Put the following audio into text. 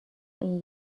این